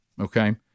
okay